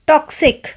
Toxic